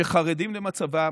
שחרדים למצבם,